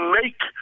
make